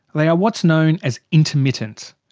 they are what's known as intermittent.